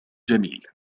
جميل